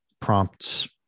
prompts